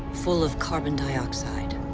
full of carbon dioxide.